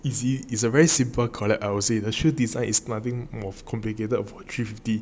easy is a very simple collab I would say the shoe design is nothing more of complicated three fifty